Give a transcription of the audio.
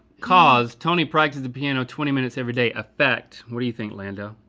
cause tony practices the piano twenty minutes every day. effect, what do you think lando?